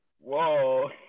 Whoa